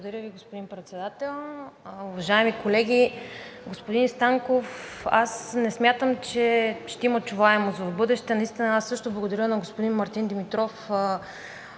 Благодаря Ви, господин Председател. Уважаеми колеги! Господин Станков, не смятам, че ще има чуваемост в бъдеще. Наистина аз също благодаря на господин Мартин Димитров,